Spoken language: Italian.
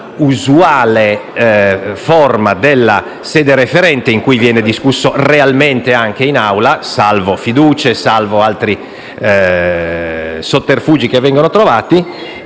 alla usuale forma della sede referente in cui viene discusso realmente anche in Aula - salvo fiducie e altri sotterfugi trovati